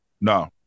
No